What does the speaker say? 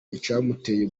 icyamuteye